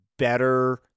Better